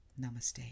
Namaste